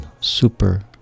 Super